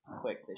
quick